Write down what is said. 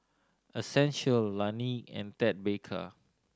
Essential Laneige and Ted Baker